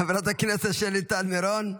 חברת הכנסת שלי טל מירון,